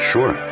Sure